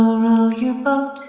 row row your boat,